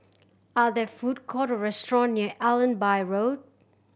are there food court restaurant near Allenby Road